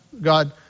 God